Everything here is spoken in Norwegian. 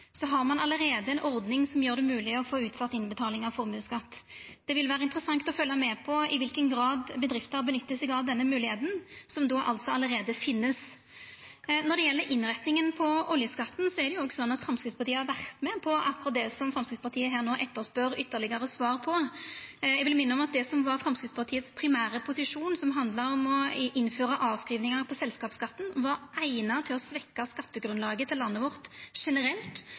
har ein allereie ei ordning som gjer det mogleg å få utsett innbetaling av formuesskatten. Det vil vera interessant å følgja med på i kva grad bedrifter nyttar seg av denne moglegheita, som då allereie finst. Når det gjeld innretninga på oljeskatten, er det òg slik at Framstegspartiet har vore med på akkurat det som Framstegspartiet her no etterspør ytterlegare svar på. Eg vil minna om at det som var Framstegspartiet primære posisjon, som handla om å innføra avskrivingar på selskapsskatten, var eigna til å svekkja skattegrunnlaget til landet vårt generelt,